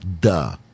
duh